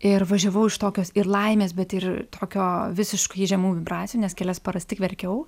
ir važiavau iš tokios ir laimės bet ir tokio visiškai žemų vibracijų nes kelias paras tik verkiau